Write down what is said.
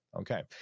Okay